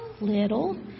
Little